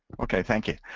okay. thank you.